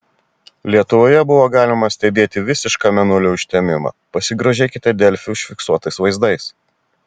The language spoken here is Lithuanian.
lietuvoje buvo galima stebėti visišką mėnulio užtemimą pasigrožėkite delfi užfiksuotais vaizdais